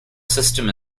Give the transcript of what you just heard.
system